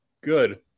good